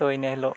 ᱛᱚ ᱤᱱᱟᱹᱦᱤᱞᱳᱜ